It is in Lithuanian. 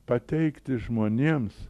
pateikti žmonėms